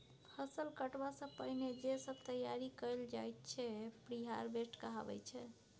फसल कटबा सँ पहिने जे सब तैयारी कएल जाइत छै प्रिहारवेस्ट कहाबै छै